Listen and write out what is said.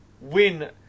win